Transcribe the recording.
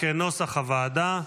כנוסח הוועדה,